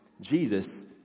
Jesus